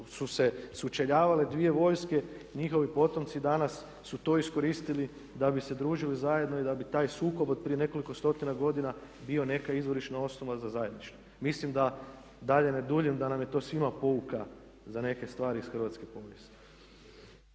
su se sučeljavale dvije vojske, njihovi potomci danas su to iskoristili da bi se družili zajedno i da bi taj sukob od prije nekoliko stotina godina bio neka izvorišna osnova za zajedništvo. Mislim da dalje ne duljim, da nam je to svima pouka za neke stvari iz hrvatske povijesti.